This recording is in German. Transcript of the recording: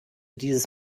dieses